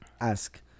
ask